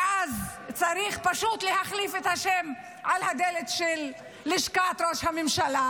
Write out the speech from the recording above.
ואז צריך פשוט להחליף את השם על הדלת בלשכת ראש הממשלה,